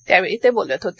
त्यावेळी ते बोलत होते